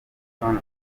ukabona